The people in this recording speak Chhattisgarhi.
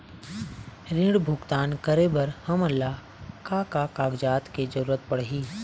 ऋण भुगतान करे बर हमन ला का का कागजात के जरूरत पड़ही?